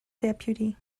deputy